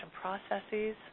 processes